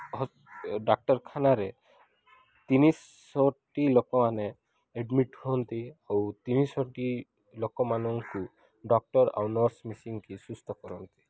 ଡାକ୍ତରଖାନାରେ ତିନିଶହଟି ଲୋକମାନେ ଏଡ଼୍ମିଟ୍ ହୁଅନ୍ତି ଆଉ ତିନିଶହଟି ଲୋକମାନଙ୍କୁ ଡକ୍ଟର୍ ଆଉ ନର୍ସ୍ ମିଶିକିି ସୁସ୍ଥ କରନ୍ତି